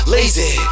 Lazy